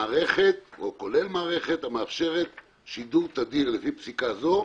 "למערכת המאפשרת שידור תדיר לפי פסיקה זו,